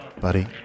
buddy